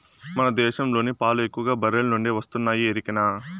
మన దేశంలోని పాలు ఎక్కువగా బర్రెల నుండే వస్తున్నాయి ఎరికనా